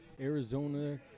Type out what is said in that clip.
Arizona